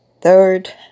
Third